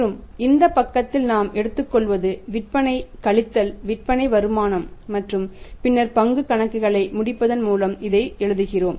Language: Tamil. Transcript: மற்றும் இந்த பக்கத்தில் நாம் எடுத்துக்கொள்வது விற்பனை கழித்தல் விற்பனை வருமானம் மற்றும் பின்னர் பங்கு கணக்குகளை முடிப்பதன் மூலம் இதை எழுதுகிறோம்